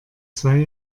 zwei